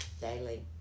daily